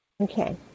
Okay